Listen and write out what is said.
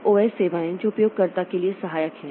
अब ओएस सेवाएं जो उपयोगकर्ता के लिए सहायक हैं